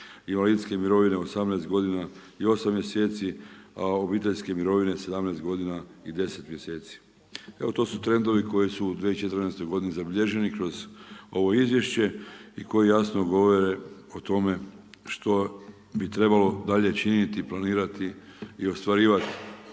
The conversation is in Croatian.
invalidske mirovine 18 godina i 8 mjeseci, a obiteljske mirovine 17 godina i 10 mjeseci. Evo to su trendovi koji su u 2014. godini zabilježeni kroz ovo izvješće i koji jasno govore o tome što bi trebalo dalje činiti i planirati i ostvarivat.